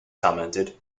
commented